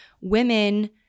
women